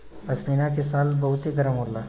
पश्मीना के शाल बहुते गरम होला